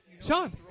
Sean